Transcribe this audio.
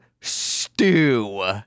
stew